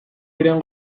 berean